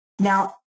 Now